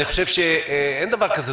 אני חושב שאין דבר כזה,